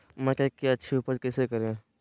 मकई की अच्छी उपज कैसे करे?